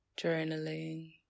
journaling